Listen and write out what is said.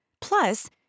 Plus